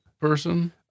person